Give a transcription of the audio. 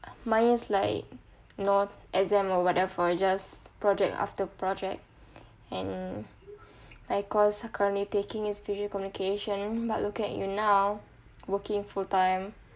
mine is like no exam or whatever just project after project and my course currently taking is visual communication but look at you now working full time